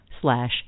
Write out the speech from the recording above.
slash